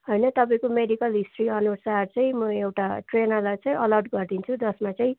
होइन तपाईँको medical history अनुसार चाहिँ म एउटा ट्रेनरलाई चाहिँ अलर्ट गरिदिन्छु जसमा चाहिँ